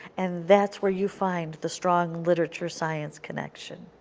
and that's where you find the strong literature science connection.